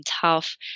tough